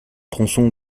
tronçon